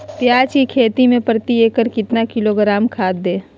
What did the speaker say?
प्याज की खेती में प्रति एकड़ कितना किलोग्राम खाद दे?